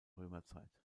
römerzeit